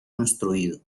construido